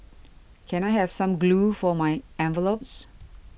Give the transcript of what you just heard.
can I have some glue for my envelopes